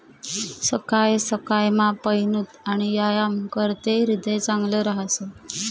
सकाय सकायमा पयनूत आणि यायाम कराते ह्रीदय चांगलं रहास